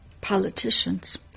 politicians